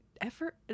Effort